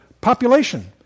population